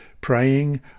praying